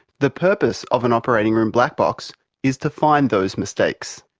the purpose of an operating room black box is to find those mistakes.